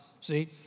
See